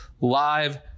live